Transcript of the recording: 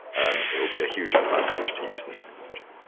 and it will be a huge advantage to use this technology.